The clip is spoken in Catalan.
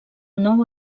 nou